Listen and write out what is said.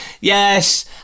Yes